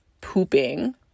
pooping